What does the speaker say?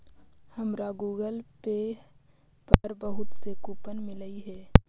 हमारा Google Pay पर बहुत से कूपन मिललई हे